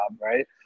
right